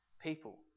people